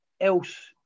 else